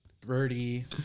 Birdie